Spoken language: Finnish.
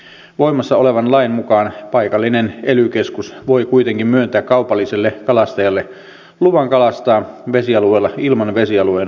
voimassa olevan lain mukaan paikallinen ely keskus voi kuitenkin myöntää kaupalliselle kalastajalle luvan kalastaa vesialueella ilman vesialueen omistajan lupaa